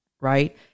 right